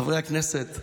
חברי הכנסת,